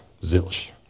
zilch